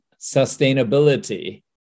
sustainability